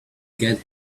get